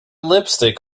lipstick